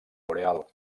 boreal